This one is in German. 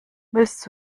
willst